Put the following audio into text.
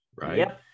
right